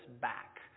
back